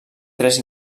tres